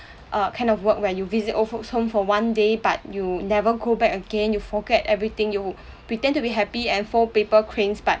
uh kind of work where you visit old folks home for one day but you never go back again you forget everything you pretend to be happy and fold paper cranes but